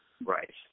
Right